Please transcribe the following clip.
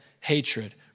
hatred